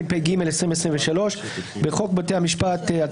התשפ"ג-2023 בחוק בתי המשפט (נוסח משולב),